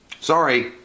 Sorry